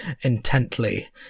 intently